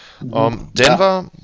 Denver